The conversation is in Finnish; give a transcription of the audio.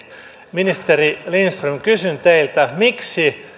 ministeri lindström kysyn teiltä miksi